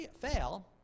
fail